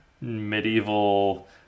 medieval